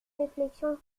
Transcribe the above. réflexion